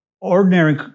ordinary